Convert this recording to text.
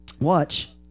Watch